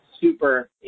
super